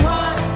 one